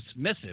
dismissive